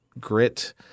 grit